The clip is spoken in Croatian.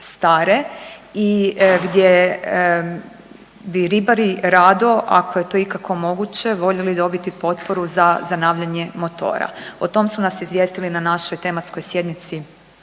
i gdje bi ribari rado, ako je to ikako moguće, voljeli dobiti potporu za zanavljanje motora, o tom su nas izvijestili na našoj tematskoj sjednici